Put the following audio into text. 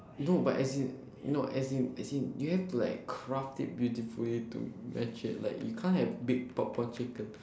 no but as in no as in as in do you have to like craft it beautifully to match it like you can't have big popcorn chicken